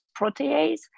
protease